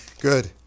good